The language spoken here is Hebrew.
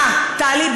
טלי,